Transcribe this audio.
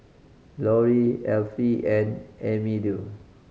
Lorri Effie and Emilio